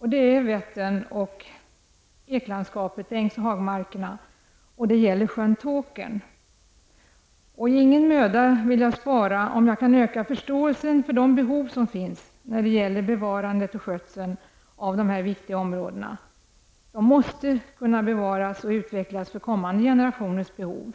Det gäller Vättern, det gäller eklandskapet samt ängs och hagmarkerna och det gäller sjön Tåkern. Jag vill inte spara någon möda för att öka förståelsen för de behov som finns i fråga om bevarandet och skötseln av de här viktiga områdena. De måste kunna bevaras och utvecklas för kommande generationers behov.